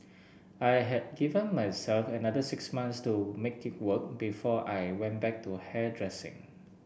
I had given myself another six months to make it work before I went back to hairdressing